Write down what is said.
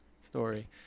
story